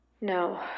No